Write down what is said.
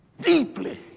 Deeply